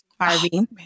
Harvey